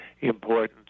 important